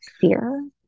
fear